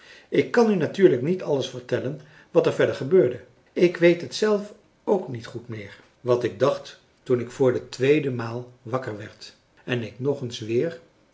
ik kan u natuurlijk niet alles vertellen wat er verder gebeurde ik weet het zelf ook niet goed meer wat ik dacht toen ik voor de tweede maal wakker werd en ik nog eens weer